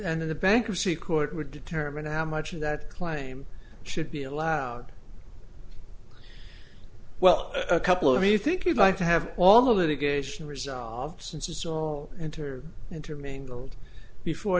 in the bankruptcy court would determine how much of that claim should be allowed well a couple of you think you'd like to have all of a geisha unresolved since it's all enter intermingled before